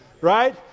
Right